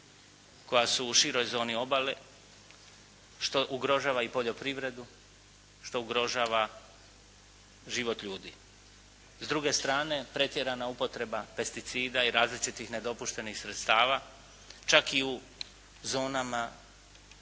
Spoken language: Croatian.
koja su u široj zoni obale, što ugrožava i poljoprivredu, što ugrožava život ljudi. S druge strane pretjerana upotreba pesticida i različitih nedopuštenih sredstava čak i u zonama